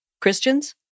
Christians